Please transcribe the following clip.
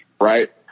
right